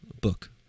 book